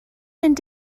mynd